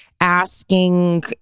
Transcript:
asking